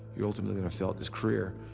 you're ultimately gonna fail at this career.